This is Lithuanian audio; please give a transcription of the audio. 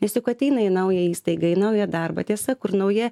nes juk ateina į naują įstaigą į naują darbą tiesa kur nauja